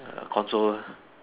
err console